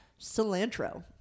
Cilantro